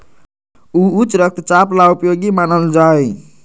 ऊ उच्च रक्तचाप ला उपयोगी मानल जाहई